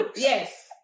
Yes